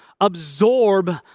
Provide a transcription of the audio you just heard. absorb